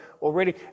already